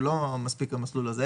לא מספיק המסלול הזה,